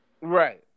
Right